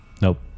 Nope